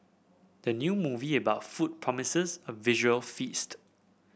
the new movie about food promises a visual feast